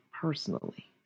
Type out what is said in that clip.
personally